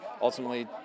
ultimately